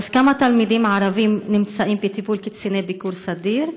כמה תלמדים ערבים נמצאים בטיפול קציני ביקור סדיר?